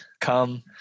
come